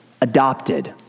adopted